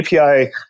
API